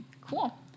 cool